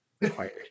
required